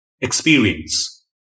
experience